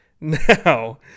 Now